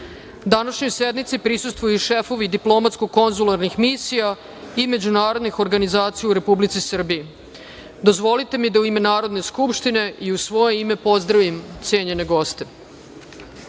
tela. Današnjoj sednici prisustvuju i šefovi diplomatsko-konzularnih misija i međunarodnih organizacija u Republici Srbiji. Dozvolite mi da u ime Narodne skupštine i u svoje ime pozdravim cenjene